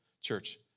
church